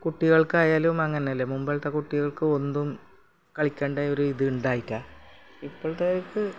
കുട്ടികൾക്കായാലും അങ്ങനെയല്ലെ മുൻപിലത്തെ കുട്ടികൾക്ക് ഒന്നും കളിക്കണ്ട ഒരു ഇതുണ്ടായില്ല ഇപ്പോഴത്തേക്ക്